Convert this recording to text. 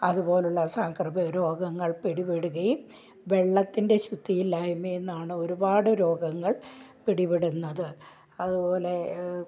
അതുപോലുള്ള സാംക്രമിക രോഗങ്ങള് പിടിപ്പെടുകയും വെള്ളത്തിൻ്റെ ശുദ്ധിയില്ലായ്മയിൽ നിന്നാണ് ഒരുപാട് രോഗങ്ങൾ പിടിപ്പെടുന്നത് അതുപോലെ